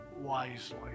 wisely